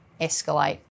escalate